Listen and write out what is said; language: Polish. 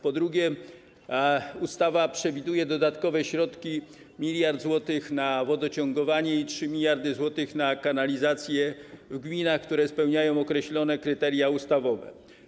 Po drugie, ustawa przewiduje dodatkowe środki - 1 mld zł na wodociągowanie i 3 mld zł na kanalizację w gminach, które spełniają określone kryteria ustawowe.